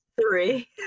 Three